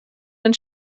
den